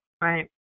right